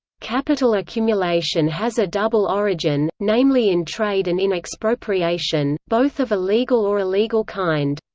capital accumulation has a double origin, namely in trade and in expropriation, both of a legal or illegal kind.